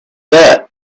that